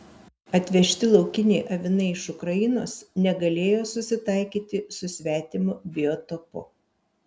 atvežti laukiniai avinai iš ukrainos negalėjo susitaikyti su svetimu biotopu